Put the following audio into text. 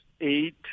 eight